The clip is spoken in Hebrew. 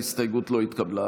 ההסתייגות לא התקבלה.